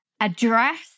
Address